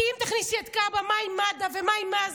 כי אם תכניסי את כב"א, מה עם מד"א ומה עם זק"א?